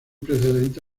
precedente